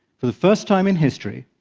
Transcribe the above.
for the first time in history,